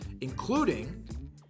including